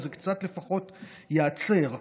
שזה קצת ייעצר לפחות.